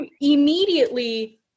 immediately